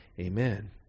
Amen